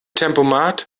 tempomat